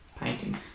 paintings